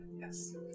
Yes